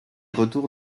retours